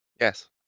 Yes